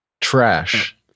Trash